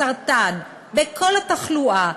בסרטן, בכל התחלואה.